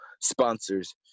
sponsors